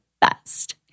best